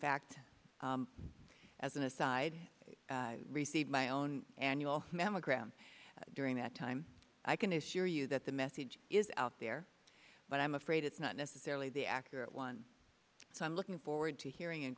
fact as an aside i received my own annual mammogram during that time i can assure you that the message is out there but i'm afraid it's not necessarily the accurate one time looking forward to hearing